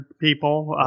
people